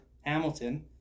Hamilton